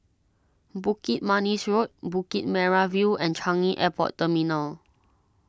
Bukit Manis Road Bukit Merah View and Changi Airport Terminal